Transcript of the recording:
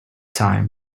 time